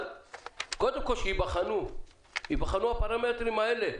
אבל קודם כל שייבחנו הפרמטרים האלה,